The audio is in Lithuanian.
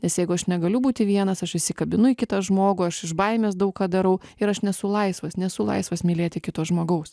nes jeigu aš negaliu būti vienas aš įsikabinu į kitą žmogų aš iš baimės daug ką darau ir aš nesu laisvas nesu laisvas mylėti kito žmogaus